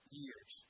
years